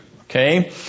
Okay